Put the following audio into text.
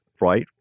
right